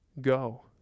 go